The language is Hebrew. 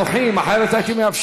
אבל הם דוחים, אחרת הייתי מאפשר.